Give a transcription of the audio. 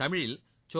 தமிழில் சோ